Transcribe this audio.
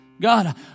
God